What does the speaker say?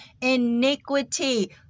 iniquity